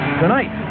tonight